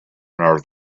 earth